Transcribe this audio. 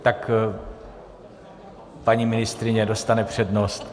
Tak paní ministryně dostane přednost.